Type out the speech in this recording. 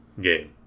game